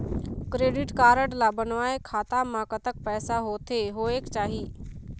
Credit card ला बनवाए खाता मा कतक पैसा होथे होएक चाही?